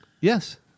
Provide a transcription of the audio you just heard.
Yes